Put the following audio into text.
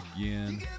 again